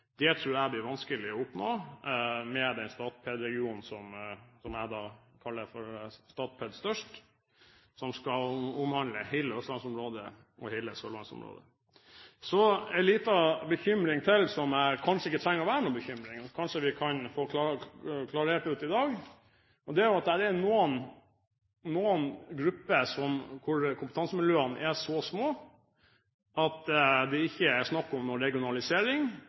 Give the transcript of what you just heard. Det tror jeg blir vanskelig å oppnå med den Statped-regionen som jeg kaller Statped Størst, som skal omfatte hele østlandsområdet og hele sørlandsområdet. Så en liten bekymring til, som kanskje ikke trenger å være noen bekymring. Kanskje kan vi få avklart dette i dag. For noen grupper er kompetansemiljøene så små at det ikke er snakk om noen